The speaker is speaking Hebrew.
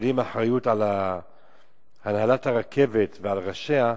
מטילים אחריות על הנהלת הרכבת ועל ראשיה,